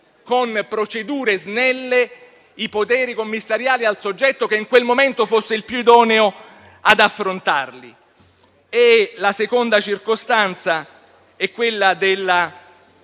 con procedure snelle, i poteri commissariali al soggetto che in quel momento fosse il più idoneo ad affrontarli. La seconda circostanza è quella della